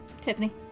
Tiffany